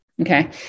Okay